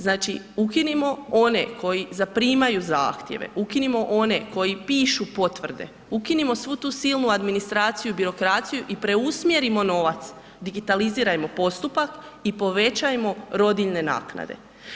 Znači ukinimo one koji zaprimaju zahtjeve, ukinimo one koji pišu potvrde, ukinimo svu tu silnu administraciju i birokraciju i preusmjerimo novac, digitalizirajmo postupak i povećajmo rodiljne naknade.